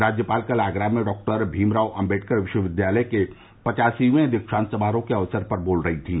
राज्यपाल कल आगरा में डॉक्टर भीमराव अम्बेडकर विश्वविद्यालय के पचासीवें दीक्षांत समारोह के अवसर पर बोल रही थीं